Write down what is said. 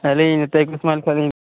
ᱟᱹᱞᱤᱧ ᱱᱤᱛᱟᱹᱭᱯᱩᱨ ᱠᱷᱚᱱᱟᱜ ᱞᱤᱧ